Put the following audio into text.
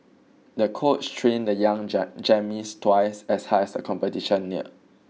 the coach trained the young twice as hard as the competition neared